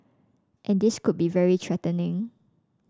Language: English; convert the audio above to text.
and this could be very threatening